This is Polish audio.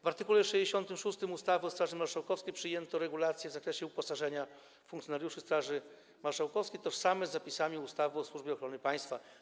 W art. 66 ustawy o Straży Marszałkowskiej przyjęto regulacje w zakresie uposażenia funkcjonariuszy Straży Marszałkowskiej tożsame z zapisami ustawy o Służbie Ochrony Państwa.